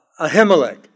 Ahimelech